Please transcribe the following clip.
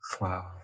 Wow